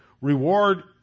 Reward